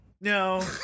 no